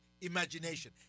Imagination